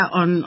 on